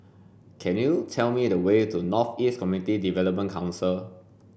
can you tell me the way to North East Community Development Council